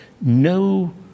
no